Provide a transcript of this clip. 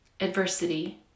adversity